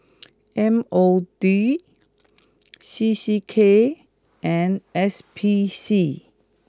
M O D C C K and S P C